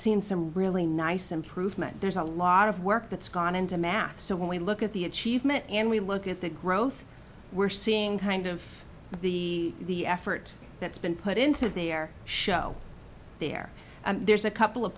seen some really nice improvement there's a lot of work that's gone into math so when we look at the achievement and we look at the growth we're seeing kind of the effort that's been put into the air show there there's a couple of